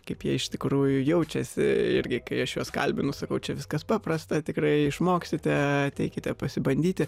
kaip jie iš tikrųjų jaučiasi irgi kai aš juos kalbinu sakau čia viskas paprasta tikrai išmoksite eikite pasibandyti